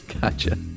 Gotcha